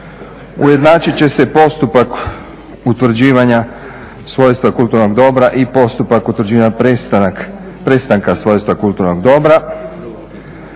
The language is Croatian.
Ujednačit će se postupak utvrđivanja svojstva kulturnog dobra i postupak utvrđivanja prestanka svojstva kulturnog dobra.